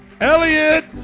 Elliot